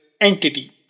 entity